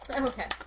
Okay